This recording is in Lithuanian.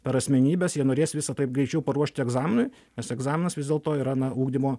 per asmenybes jie norės visa tai greičiau paruošti egzaminui nes egzaminas vis dėlto yra na ugdymo